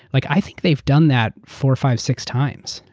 like i think they've done that four, five, six times.